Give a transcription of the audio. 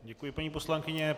Děkuji, paní poslankyně.